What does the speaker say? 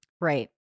Right